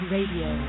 Radio